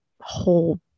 whole